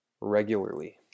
regularly